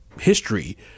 history